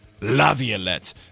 Laviolette